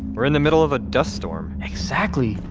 we're in the middle of a dust storm exactly!